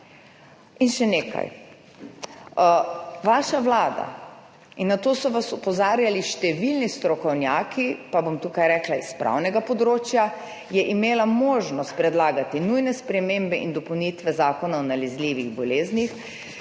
In še nekaj. Vaša vlada – in na to so vas opozarjali številni strokovnjaki s pravnega področja – je imela možnost predlagati nujne spremembe in dopolnitve Zakona o nalezljivih boleznih,